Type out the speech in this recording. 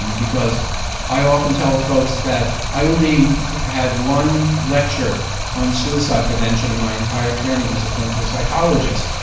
um because i often tell folks that i only had one lecture on suicide prevention in my entire training as a clinical psychologist.